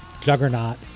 juggernaut